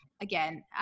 again